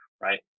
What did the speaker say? right